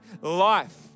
life